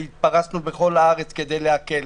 והתפרסנו בכל הארץ כדי להקל.